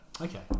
Okay